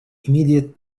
immediate